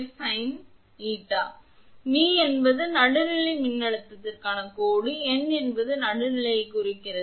𝑃𝑑 𝜔𝐶𝑉2 sin 𝛿 எனவே இது சமன்பாடு 12 ஆகும் இதில் C என்பது கேபிளின் கொள்ளளவு மற்றும் V என்பது நடுநிலை மின்னழுத்தத்திற்கான கோடு N என்பது நடுநிலையைக் குறிக்கிறது